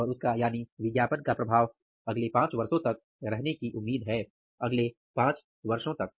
और उसका यानि विज्ञापन का प्रभाव अगले 5 वर्षों तक रहने की उम्मीद है अगले 5 वर्षों तक